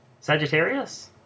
Sagittarius